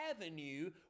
avenue